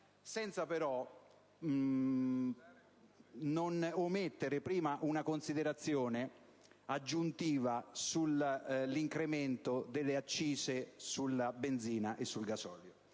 senza però poter omettere prima una considerazione aggiuntiva sull'incremento delle accise sulla benzina e sul gasolio.